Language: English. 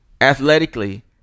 Athletically